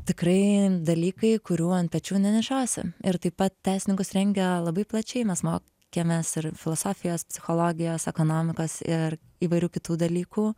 tikrai dalykai kurių ant pečių nenešiosi ir taip pat teisininkus rengia labai plačiai mes mokėmės ir filosofijos psichologijos ekonomikos ir įvairių kitų dalykų